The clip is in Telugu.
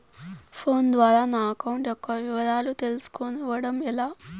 ఫోను ద్వారా నా అకౌంట్ యొక్క వివరాలు తెలుస్కోవడం ఎలా?